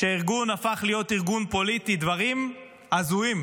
שהארגון הפך להיות ארגון פוליטי, דברים הזויים